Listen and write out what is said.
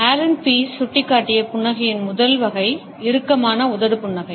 Alan Pease சுட்டிக்காட்டிய புன்னகையின் முதல் வகை இறுக்கமான உதடு புன்னகை